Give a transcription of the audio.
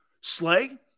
Slay